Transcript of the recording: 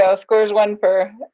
so scores one for,